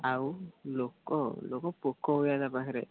ଆଉ ଲୋକ ଲୋକ ପୋକ ଭଳିଆ ତା ପାଖରେ